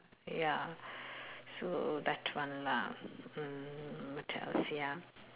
ya so that one lah mm mm tells ya